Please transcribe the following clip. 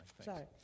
Sorry